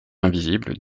invisible